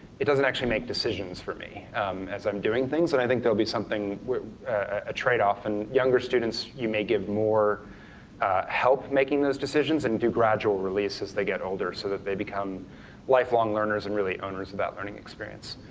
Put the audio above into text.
it doesn't actually make decisions for me as i'm doing things. i think there will be something with a trade-off and younger students you may give more help making those decisions and do gradual release as they get older so they become lifelong learners and really owners of that learning experience.